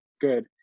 good